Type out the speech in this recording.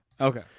Okay